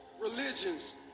religions